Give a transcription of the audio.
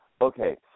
Okay